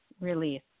release